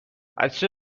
بچه